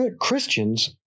Christians